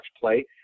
play